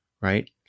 Right